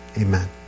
Amen